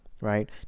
right